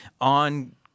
on